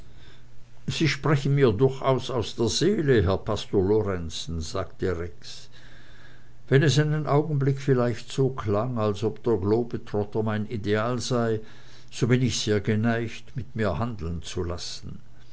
sie sprechen mir durchaus aus der seele herr pastor lorenzen sagte rex wenn es einen augenblick vielleicht so klang als ob der globetrotter mein ideal sei so bin ich sehr geneigt mit mir handeln zu lassen